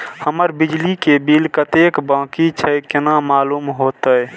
हमर बिजली के बिल कतेक बाकी छे केना मालूम होते?